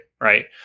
right